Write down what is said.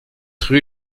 rue